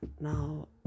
now